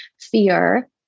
fear